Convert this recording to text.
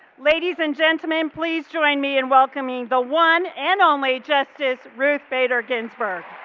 ladies and gentleman please join me in welcoming the one and only justice ruth bader ginsburg.